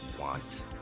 want